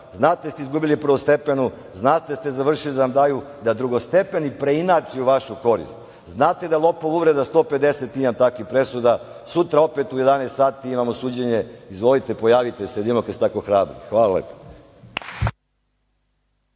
Znate da ste izgubili prvostepenu, znate da ste završili da vam daju da drugostepeni preinači u vašu korist. Znate da je lopov uvreda, 150 imam takvih presuda, sutra opet u 11 sati imamo suđenje, izvolite, pojavite se, da vidimo da li ste toliko hrabri. **Snežana